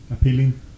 appealing